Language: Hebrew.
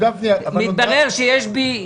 מתברר שיש בי